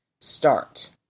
Start